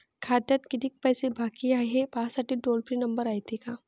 खात्यात कितीक पैसे बाकी हाय, हे पाहासाठी टोल फ्री नंबर रायते का?